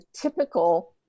typical